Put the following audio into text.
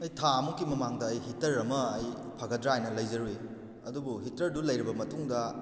ꯑꯩ ꯊꯥ ꯃꯨꯛꯀꯤ ꯃꯃꯥꯡꯗ ꯑꯩ ꯍꯤꯇꯔ ꯑꯃ ꯑꯩ ꯐꯒꯗ꯭ꯔꯥ ꯍꯥꯏꯅ ꯂꯩꯖꯔꯨꯏ ꯑꯗꯨꯕꯨ ꯍꯤꯇꯔꯗꯨ ꯂꯩꯔꯕ ꯃꯇꯨꯡꯗ